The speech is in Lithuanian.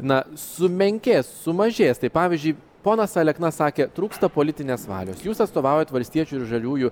na sumenkės sumažės tai pavyzdžiui ponas alekna sakė trūksta politinės valios jūs atstovaujate valstiečių ir žaliųjų